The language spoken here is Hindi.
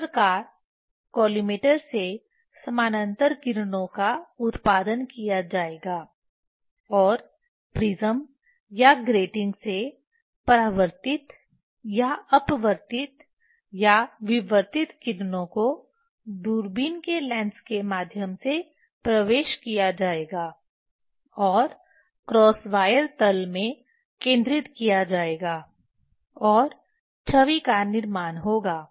इस प्रकार कॉलिमेटर से समानांतर किरणों का उत्पादन किया जाएगा और प्रिज्म या ग्रेटिंग से परावर्तित या अपवर्तित या विवर्तित किरणों को दूरबीन के लेंस के माध्यम से प्रवेश किया जाएगा और क्रॉस वायर तल में केंद्रित किया जाएगा और छवि का निर्माण होगा